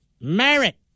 Merit